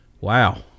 Wow